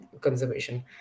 conservation